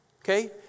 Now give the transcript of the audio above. Okay